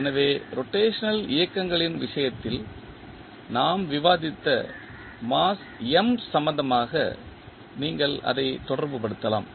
எனவே ரொட்டேஷனல் இயக்கங்களின் விஷயத்தில் நாம் விவாதித்த மாஸ் m சம்பந்தமாக நீங்கள் அதை தொடர்புபடுத்தலாம்